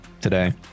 today